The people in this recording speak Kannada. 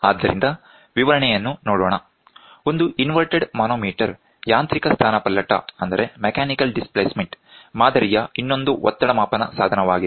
ಆದ್ದರಿಂದ ವಿವರಣೆಯನ್ನು ನೋಡೋಣ ಒಂದು ಇನ್ವರ್ಟೆಡ್ ಮಾನೋಮೀಟರ್ ಯಾಂತ್ರಿಕ ಸ್ಥಾನಪಲ್ಲಟ ಮಾದರಿಯ ಇನ್ನೊಂದು ಒತ್ತಡ ಮಾಪನ ಸಾಧನವಾಗಿದೆ